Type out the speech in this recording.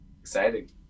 Exciting